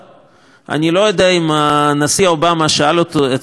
אני לא יודע אם הנשיא אובמה שאל את עצמו אי-פעם,